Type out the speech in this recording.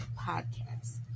podcast